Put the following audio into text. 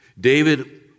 David